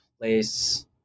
place